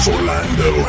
Orlando